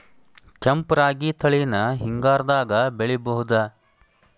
ಕೆಂಪ ರಾಗಿ ತಳಿನ ಹಿಂಗಾರದಾಗ ಬೆಳಿಬಹುದ?